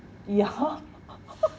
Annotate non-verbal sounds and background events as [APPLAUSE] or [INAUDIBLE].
ya [LAUGHS]